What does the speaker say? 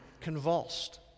convulsed